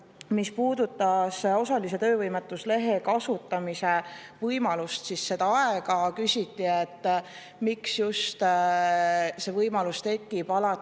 mis puudutas osalise töövõimetuslehe kasutamise võimalust, siis küsiti, miks see võimalus tekib alates